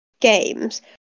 games